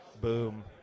boom